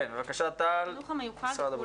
כן, בבקשה, טל, משרד הבריאות.